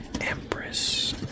empress